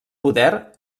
poder